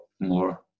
more